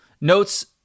notes